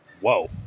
Whoa